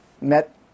met